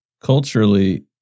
Culturally